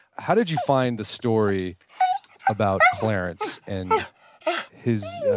how did you find the story about clarence and his,